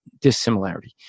dissimilarity